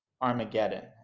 Armageddon